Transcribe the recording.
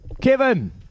Kevin